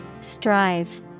Strive